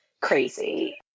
crazy